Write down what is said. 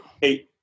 Hey